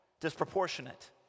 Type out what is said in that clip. Disproportionate